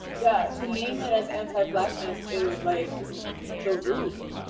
yeah to name it as anti-blackness is like the root.